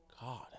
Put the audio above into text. God